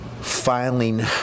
filing